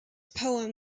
poem